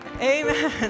Amen